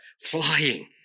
flying